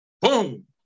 Boom